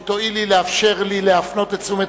אם תואילי לאפשר לי להפנות את תשומת